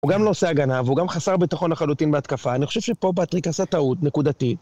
הוא גם לא עושה הגנה, והוא גם חסר ביטחון לחלוטין בהתקפה. אני חושב שפה פטריק עשה טעות, נקודתי.